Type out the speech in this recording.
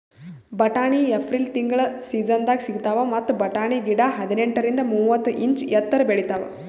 ಬಟಾಣಿ ಏಪ್ರಿಲ್ ತಿಂಗಳ್ ಸೀಸನ್ದಾಗ್ ಸಿಗ್ತಾವ್ ಮತ್ತ್ ಬಟಾಣಿ ಗಿಡ ಹದಿನೆಂಟರಿಂದ್ ಮೂವತ್ತ್ ಇಂಚ್ ಎತ್ತರ್ ಬೆಳಿತಾವ್